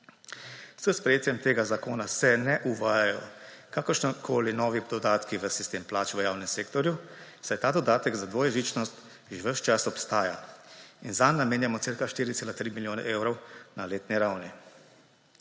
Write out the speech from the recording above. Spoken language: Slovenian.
S sprejetjem tega zakona se ne uvajajo kakršnikoli novi dodatki v sistem plač v javnem sektorju, saj ta dodatek za dvojezičnost že ves čas obstaja in zanj namenjamo cirka 4,3 milijona evrov na letni ravni.